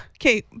Okay